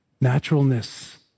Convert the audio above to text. naturalness